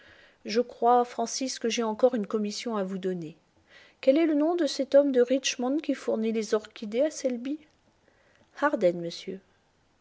je crois francis que j'ai encore une commission à vous donner quel est le nom de cet homme de richmond qui fournit les orchidées à selby llarden monsieur